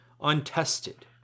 untested